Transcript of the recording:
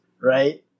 right